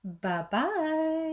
Bye-bye